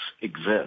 exist